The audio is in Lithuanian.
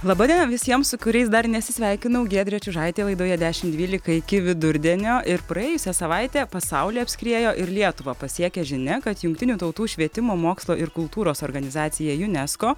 laba diena visiems su kuriais dar nesisveikinau giedrė čiužaitė laidoje dešimt dvylika iki vidurdienio ir praėjusią savaitę pasaulį apskriejo ir lietuvą pasiekė žinia kad jungtinių tautų švietimo mokslo ir kultūros organizacija junesko